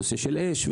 לנושא של אש,